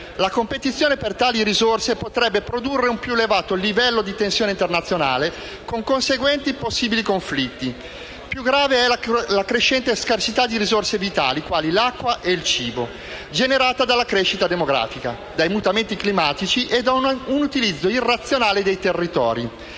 La competizione per tali risorse potrebbe produrre un più elevato livello di tensione internazionale con conseguenti possibili conflitti. Più grave è la crescente scarsità di risorse vitali, quali l'acqua e il cibo, generata dalla crescita demografica, dai mutamenti climatici e da un utilizzo irrazionale dei territori.